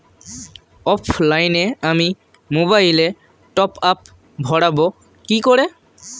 অফলাইনে আমি মোবাইলে টপআপ ভরাবো কি করে?